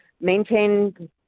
maintain